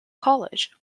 college